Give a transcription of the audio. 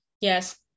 Yes